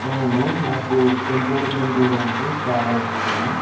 అవును నాకు పెంపుడు జంతువులు అంటే చాలా ఇష్టము